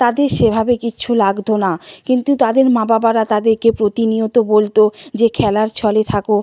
তাদের সেভাবে কিচ্ছু লাগত না কিন্তু তাদের মা বাবারা তাদেরকে প্রতিনিয়ত বলত যে খেলার ছলে থাকো